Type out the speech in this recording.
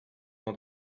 d’en